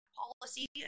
policy